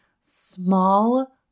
small